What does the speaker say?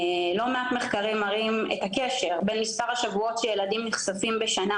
לא מעט מחקרים מראים את הקשר בין מספר השבועות שילדים נחשפים לשמש